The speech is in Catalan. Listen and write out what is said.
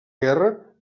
guerra